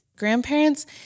grandparents